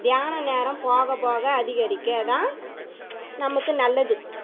தியான நேரம் போக போக அதிகரிக்க தான் நமக்கு நல்லது